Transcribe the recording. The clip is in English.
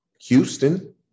Houston